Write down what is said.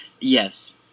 Yes